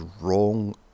wrong